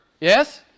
Yes